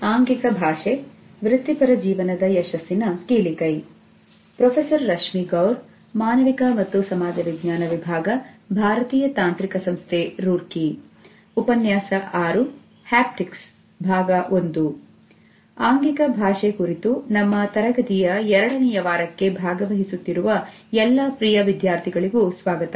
ಆಂಗಿಕ ಭಾಷೆ ಕುರಿತು ನಮ್ಮ ತರಗತಿಯ ಎರಡನೆಯ ವಾರಕ್ಕೆ ಭಾಗವಹಿಸುತ್ತಿರುವ ಎಲ್ಲಾ ಪ್ರಿಯ ವಿದ್ಯಾರ್ಥಿಗಳಿಗೂ ಸ್ವಾಗತ